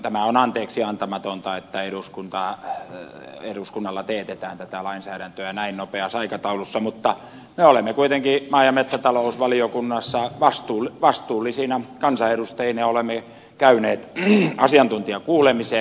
tämä on anteeksiantamatonta että eduskunnalla teetetään tätä lainsäädäntöä näin nopeassa aikataulussa mutta me olemme kuitenkin maa ja metsätalousvaliokunnassa vastuullisina kansanedustajina käyneet asiantuntijakuulemisen